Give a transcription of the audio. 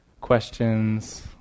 questions